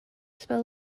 spell